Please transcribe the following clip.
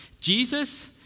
Jesus